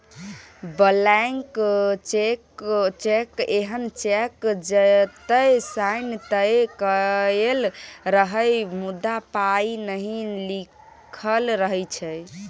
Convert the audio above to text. blank cheque एहन cheque जतय sign तए कएल रहय मुदा पाइ नहि लिखल रहै छै